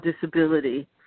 disability